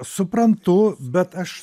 suprantu bet aš